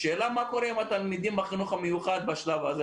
השאלה מה קורה עם התלמידים בחינוך המיוחד בשלב הזה?